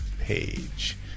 page